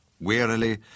Wearily